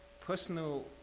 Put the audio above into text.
personal